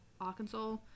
Arkansas